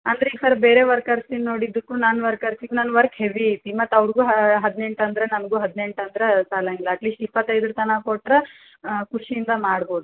ಅಂದ್ರ ಈಗ ಸರ್ ಬೇರೆ ವರ್ಕರ್ಸಿನ್ನ ನೋಡಿದುಕ್ಕು ನಾನು ವರ್ಕರ್ಸಿಗೆ ನನ್ನ ವರ್ಕ್ ಹೆವಿ ಐತಿ ಮತ್ತು ಅವ್ರ್ಗು ಹದಿನೆಂಟು ಅಂದರೆ ನನಗೂ ಹದಿನೆಂಟು ಅಂದ್ರ ಸಾಲಂಗಿಲ್ಲ ಅಟ್ಲಿಸ್ಟ್ ಇಪ್ಪತೈದರ ತನಕ ಕೊಟ್ಟರ ಖುಷಿಯಿಂದ ಮಾಡ್ಬೋದು ರೀ